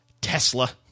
Tesla